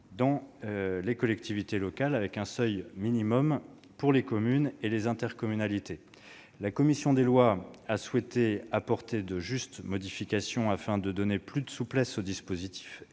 dans les collectivités locales, avec un seuil minimum pour les communes et les intercommunalités. La commission des lois a souhaité apporter de justes modifications, afin de donner plus de souplesse au dispositif